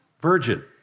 virgin